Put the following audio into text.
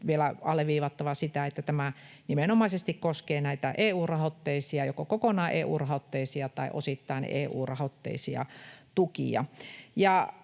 vielä alleviivattava sitä, että tämä nimenomaisesti koskee näitä EU-rahoitteisia, joko kokonaan EU-rahoitteisia tai osittain EU-rahoitteisia, tukia.